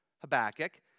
Habakkuk